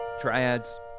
triads